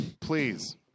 please